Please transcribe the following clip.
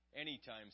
Anytime